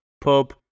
Pub